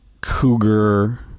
cougar